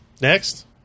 Next